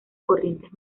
corrientes